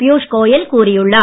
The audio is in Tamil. பியூஷ் கோயல் கூறியுள்ளார்